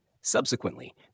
Subsequently